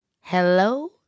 Hello